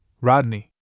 Rodney